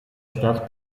stadt